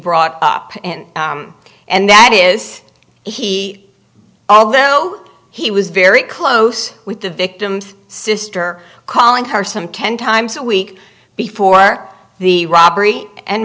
brought up and that is he although he was very close with the victim's sister calling her some ten times a week before the robbery and